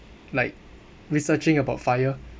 like researching about FIRE